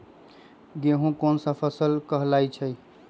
गेहूँ कोन सा फसल कहलाई छई?